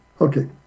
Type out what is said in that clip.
Okay